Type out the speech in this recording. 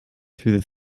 through